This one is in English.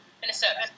Minnesota